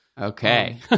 Okay